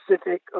specific